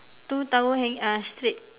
two towel hanging uh straight